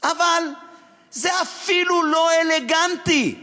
אבל זה אפילו לא אלגנטי.